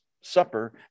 supper